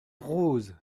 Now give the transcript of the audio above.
rose